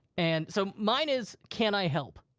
and so mine is, can i help?